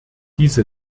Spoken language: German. diese